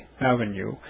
Avenue